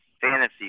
fantasy